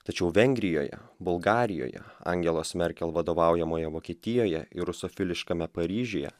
tačiau vengrijoje bulgarijoje angelos merkel vadovaujamoje vokietijoje ir rusofiliškame paryžiuje